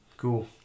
Cool